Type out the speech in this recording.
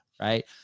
right